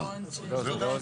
יש נושא אחרון שלא דנו בו.